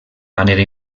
manera